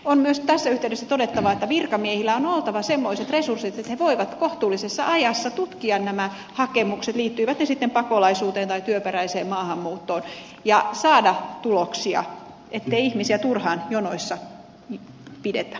on myös tässä yhteydessä todettava että virkamiehillä on oltava semmoiset resurssit että he voivat kohtuullisessa ajassa tutkia nämä hakemukset liittyivät ne sitten pakolaisuuteen tai työperäiseen maahanmuuttoon ja saada tuloksia ettei ihmisiä turhaan jonoissa pidetä